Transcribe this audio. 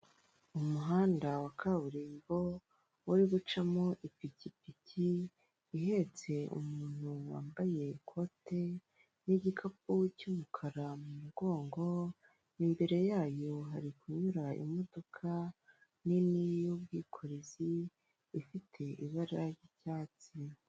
Umuhanda wa kaburimbo, uri gucamo ipikipiki ihetse umuntu wambaye ikote n'igikapu cy'umukara mu mugongo, imbere yayo hari kunyura imodoka nini y'ubwikorezi, ifite ibara ry'icyatsi.